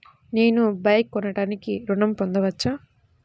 నేను బైక్ కొనటానికి ఋణం పొందవచ్చా?